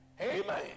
Amen